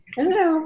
Hello